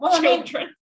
children